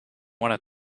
want